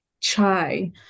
chai